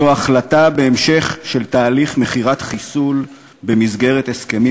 זו החלטה בהמשך של תהליך מכירת חיסול במסגרת הסכמים